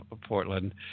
Portland